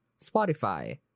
Spotify